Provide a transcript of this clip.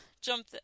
jump